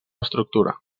estructura